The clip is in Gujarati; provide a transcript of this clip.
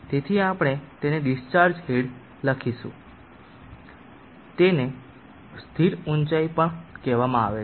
તેથી આપણે તેને ડિસ્ચાર્જ હેડ લખીશું તેને સ્થિર ઊચાઇ પણ કહેવામાં આવે છે